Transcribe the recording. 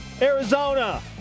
Arizona